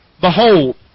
behold